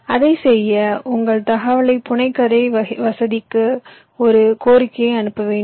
அதைச் செய்ய உங்கள் தகவலை புனைகதை வசதிக்கு ஒரு கோரிக்கையை அனுப்ப வேண்டும்